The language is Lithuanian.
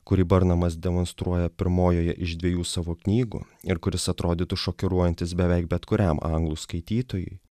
kurį burnamas demonstruoja pirmojoje iš dviejų savo knygų ir kuris atrodytų šokiruojantis beveik bet kuriam anglų skaitytojui